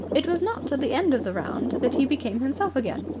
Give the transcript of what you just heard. it was not till the end of the round that he became himself again.